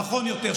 נכון יותר,